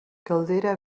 caldera